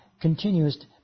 continues